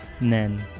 Nen